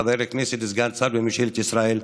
חבר כנסת וסגן שר בממשלת ישראל,